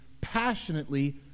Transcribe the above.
passionately